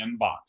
inbox